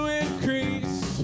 increase